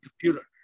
computer